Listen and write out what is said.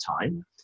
time